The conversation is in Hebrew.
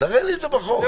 תראה לי את זה בחוק.